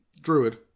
Druid